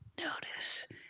Notice